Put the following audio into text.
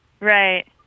Right